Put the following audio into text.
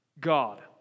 God